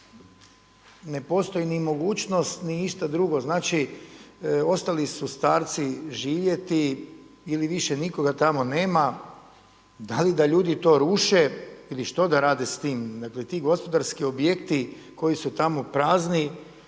ne postoji ni mogućnost ni išta drugo. Znači, ostali su starci živjeti ili više nikoga tamo nema, da li da ljude to ruše ili što da rade s tim? Dakle ti gospodarski objekti koji su tamo prazni